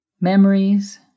memories